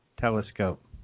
telescope